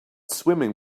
swimming